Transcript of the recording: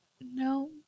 no